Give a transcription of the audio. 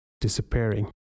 disappearing